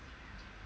if you